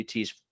ut's